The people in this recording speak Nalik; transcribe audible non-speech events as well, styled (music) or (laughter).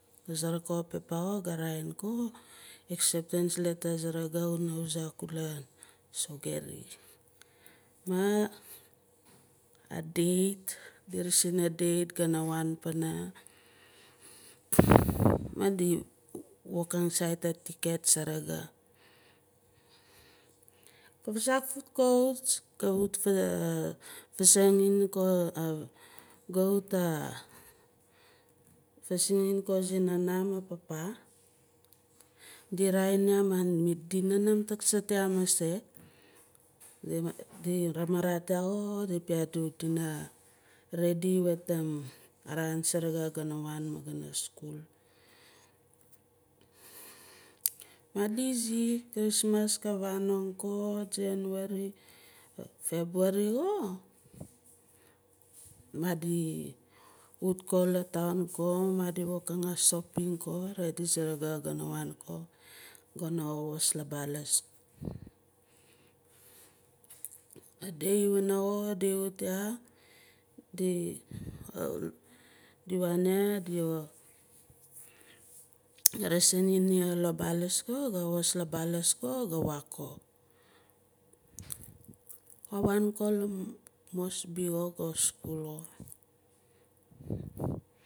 Ga suruk a pepa xo gu raa- in ko acceptance letter kuna wuza kula sogeri ma adate di resin a date gana waan pana maah di wokang sait a ticket saraga ga vaazak vut ko ga wut va (hesitation) vazae ko (hesitation) ga wut (hesitation) vazaeing ko nana maan papa. Di raa- in yah madi nanaam taksart yah mase di ramarat yah xo di piat dina redi wetim araan saraga gana waan mah gana skul. Madi izi christmas ka vanong ko january, february xo redi saraga gana waan ko gana kawas la balus. A day waana xo di wut yah di waan ya di resin ni la balus ko ga kawas la balus ko ga waan ko. Go waan ko la moresby xo ga skul ko